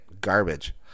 garbage